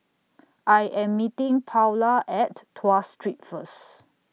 I Am meeting Paola At Tuas Street First